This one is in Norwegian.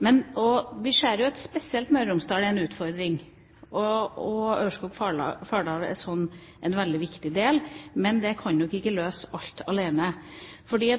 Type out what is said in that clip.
Vi ser jo at spesielt Møre og Romsdal er en utfordring. Ørskog–Fardal er sånn sett en veldig viktig del, men det kan nok ikke løse alt alene.